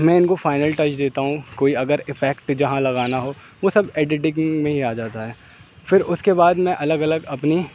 میں ان کو فائنل ٹچ دیتا ہوں کوئی اگر ایفیکٹ جہاں لگانا ہو وہ سب ایڈیٹنگ میں ہی آ جاتا ہے پھر اس کے بعد میں الگ الگ اپنی